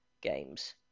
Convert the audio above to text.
games